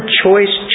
choice